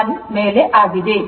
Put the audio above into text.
Z ಮೇಲೆ 1 Y ಆಗಿದೆ